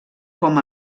com